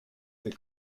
the